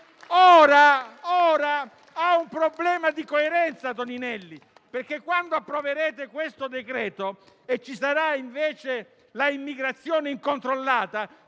ha un problema di coerenza, perché quando approverete questo decreto-legge, e ci sarà, invece, l'immigrazione incontrollata,